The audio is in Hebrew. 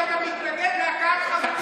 שאתה מתנגד להכאת חרדים.